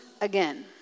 again